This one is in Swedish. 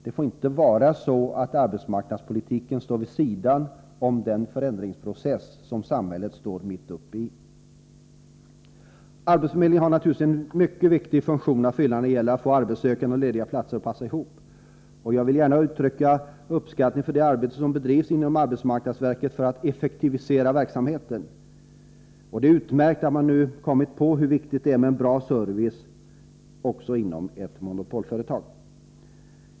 Det får inte vara så att arbetsmarknadspolitiken står vid sidan av den förändringsprocess som samhället är mitt uppe i. Arbetsförmedlingen har naturligtvis en mycket viktig funktion att fylla när det gäller att få arbetssökande och lediga platser att passa ihop. Jag vill gärna uttrycka min uppskattning av det arbete som bedrivs inom arbetsmarknadsverket för att effektivisera verksamheten. Det är utmärkt att man nu kommit på hur viktigt det är med bra service även inom ett monopolföretag.